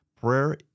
Prayer